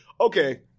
okay